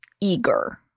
eager